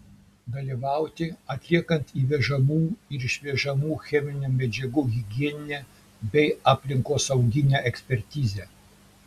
dalyvauti atliekant įvežamų ir išvežamų cheminių medžiagų higieninę bei aplinkosauginę ekspertizę